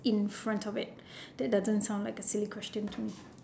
in front of it that doesn't sound like a silly question to me